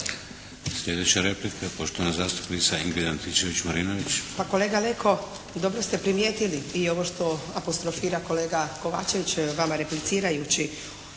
Sljedeća replika, poštovana zastupnica Ingrid Antičević Marinović. **Antičević Marinović, Ingrid (SDP)** Pa kolega Leko dobro ste primijetili i ovo što apostrofira kolega Kovačević vama replicirajući